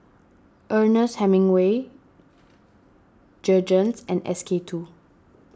Ernest Hemingway Jergens and S K two